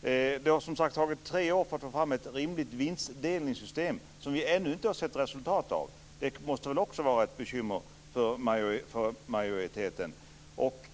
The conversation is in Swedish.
Det har som sagt tagit tre år att ta fram ett rimligt vinstdelningssystem, som vi ännu inte sett något resultat av. Det måste väl också vara ett bekymmer för majoriteten.